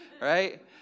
right